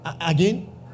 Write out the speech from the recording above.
Again